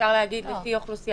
אפשר להגיד לפי מספר אוכלוסייה.